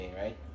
right